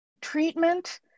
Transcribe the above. Treatment